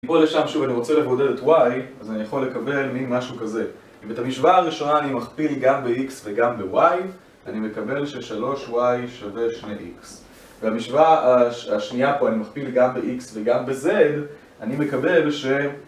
בואו לשם שוב, אני רוצה לבודל את y, אז אני יכול לקבל מין משהו כזה: אם את המשוואה הראשונה אני מכפיל גם בx וגם בy, אני מקבל ש-3y שווה 2x. והמשוואה השנייה פה אני מכפיל גם בx וגם בz, אני מקבל ש...